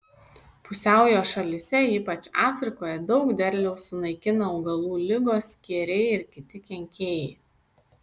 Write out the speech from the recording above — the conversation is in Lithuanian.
pusiaujo šalyse ypač afrikoje daug derliaus sunaikina augalų ligos skėriai ir kiti kenkėjai